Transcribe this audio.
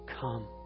come